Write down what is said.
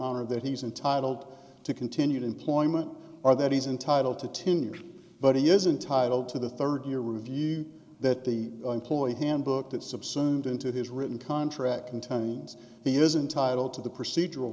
honor that he's entitled to continued employment or that he's entitled to ten years but he is entitle to the third year review that the employee handbook that subsumed into his written contract contends he isn't title to the procedural